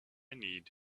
need